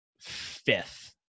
fifth